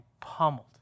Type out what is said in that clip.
pummeled